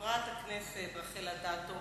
חברת הכנסת רחל אדטו,